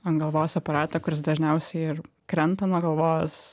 ant galvos aparatą kuris dažniausiai ir krenta nuo galvos